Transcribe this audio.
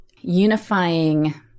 unifying